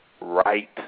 right